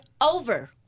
over